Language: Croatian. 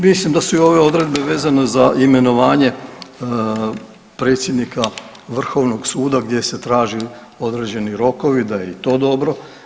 Mislim da su i ove odredbe vezano za imenovanje predsjednika vrhovnog suda gdje se taže određeni rokovi da je i to dobro.